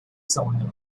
someone